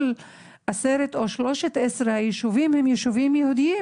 כל עשרת או שלושת עשרה היישובים הם ישובים יהודיים.